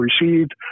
received